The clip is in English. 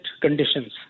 conditions